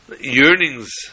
yearnings